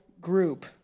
group